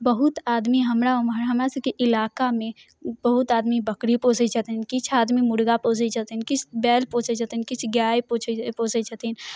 बहुत आदमी हमरा उमहर हमरा सभके इलाकामे बहुत आदमी बकरी पोसै छथिन किछु आदमी मुर्गा पोसै छथिन किछु बैल पोसै छथिन किछु गाय पोछै पोसै छथिन